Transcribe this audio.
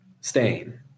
stain